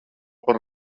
par